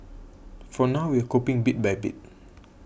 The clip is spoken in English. for now we're coping bit by bit